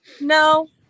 No